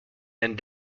and